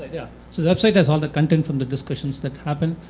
yeah, so the website has all the content from the discussions that happen.